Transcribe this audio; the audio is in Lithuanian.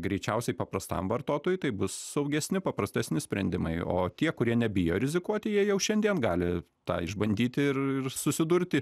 greičiausiai paprastam vartotojui tai bus saugesni paprastesni sprendimai o tie kurie nebijo rizikuoti jie jau šiandien gali tą išbandyti ir ir susidurti